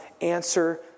answer